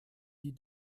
die